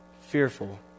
fearful